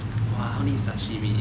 !wah! I want to eat sashimi